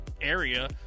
Area